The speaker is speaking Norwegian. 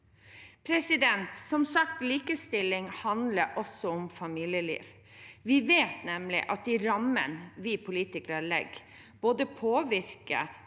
oppstår. Som sagt: Likestilling handler også om familieliv. Vi vet nemlig at de rammene vi politikere legger, påvirker